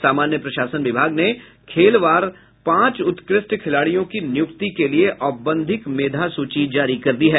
सामान्य प्रशासन विभाग ने खेलवार पांच उत्कृष्ट खिलाड़ियों की नियुक्ति के लिए औपबंधिक मेधा सूची जारी कर दी है